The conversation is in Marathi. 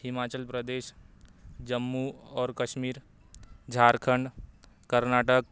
हिमाचल प्रदेश जम्मू और काश्मीर झारखंड कर्नाटक